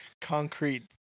concrete